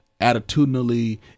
attitudinally